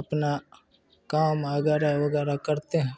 अपना काम वग़ैरह वग़ैरह करते हैं